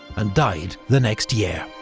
and died the next year.